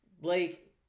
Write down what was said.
Blake